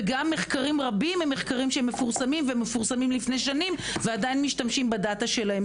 יש גם מחקרים רבים שפורסמו לפני שנים ועדיין משתמשים בדאטה שלהם.